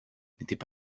n’étaient